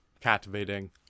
captivating